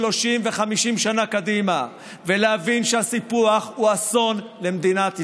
30 ו-50 שנה קדימה ולהבין שהסיפוח הוא אסון למדינת ישראל.